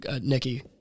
Nikki